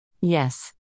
Yes